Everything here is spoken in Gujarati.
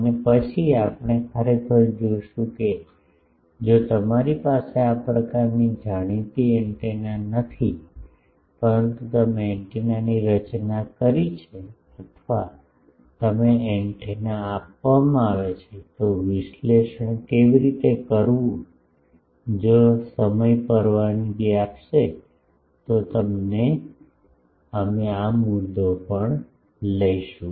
અને પછી આપણે ખરેખર જોશું કે જો તમારી પાસે આ પ્રકારની જાણીતી એન્ટેના નથી પરંતુ તમે એન્ટેનાની રચના કરી છે અથવા તમને એન્ટેના આપવામાં આવે છે તો વિશ્લેષણ કેવી રીતે કરવું કે જો સમય પરવાનગી આપે તો અમે તે મુદ્દો પણ લઈશું